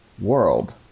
world